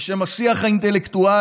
בשם השיח האינטלקטואלי,